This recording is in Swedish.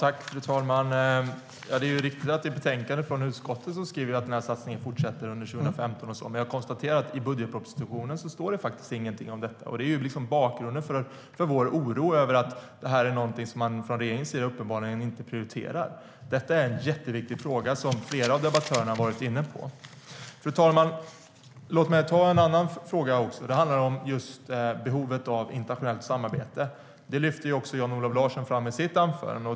Fru talman! Det är riktigt att det i betänkandet från utskottet skrivs att den här satsningen fortsätter under 2015 och så vidare. Men jag konstaterar att det i budgetpropositionen faktiskt inte står någonting om detta. Det är bakgrunden till vår oro över att detta är någonting som man från regeringens sida uppenbarligen inte prioriterar. Detta är en jätteviktig fråga som flera av debattörerna har varit inne på. Fru talman! Låt mig ta upp en annan fråga också. Den handlar om just behovet av internationellt samarbete. Det lyfte även Jan-Olof Larsson fram i sitt anförande.